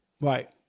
Right